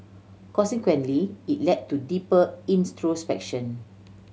consequently it led to deeper introspection